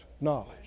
knowledge